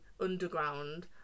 underground